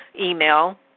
email